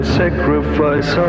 sacrifice